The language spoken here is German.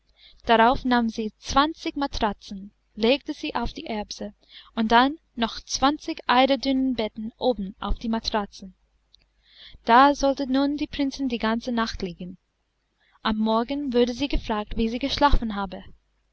darauf nahm sie zwanzig matratzen legte sie auf die erbse und dann noch zwanzig eiderdunenbetten oben auf die matratzen da sollte nun die prinzessin die ganze nacht liegen am morgen wurde sie gefragt wie sie geschlafen habe